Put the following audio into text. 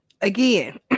Again